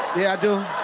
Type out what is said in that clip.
yeah, i do.